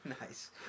Nice